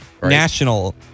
National